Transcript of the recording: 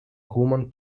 woman